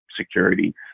security